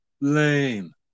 Lame